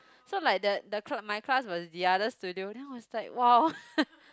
so like the the cl~ my class was the another studio then I was like !wow!